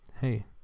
Hey